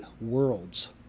worlds